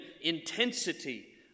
intensity